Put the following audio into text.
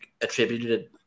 attributed